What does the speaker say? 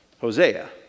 Hosea